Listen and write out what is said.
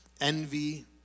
envy